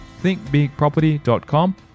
thinkbigproperty.com